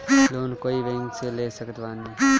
Loan कोई bank से ले सकत बानी?